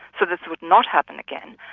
so this would not happen again,